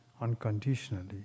unconditionally